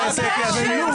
אתם עושים את הרפורמה.